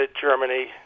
Germany